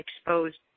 exposed